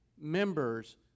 members